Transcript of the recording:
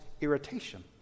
irritation